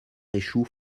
échoue